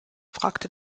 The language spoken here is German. fragte